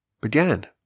began